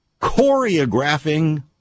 choreographing